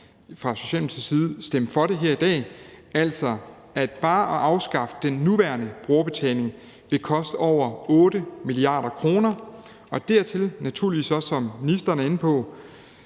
fra Socialdemokratiets side ikke kan stemme for det her i dag. Bare at afskaffe den nuværende brugerbetaling vil koste over 8 mia. kr., og som ministeren er inde på,